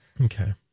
Okay